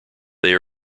they